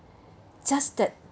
just that